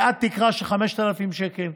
עד תקרה של 5,000 שקל,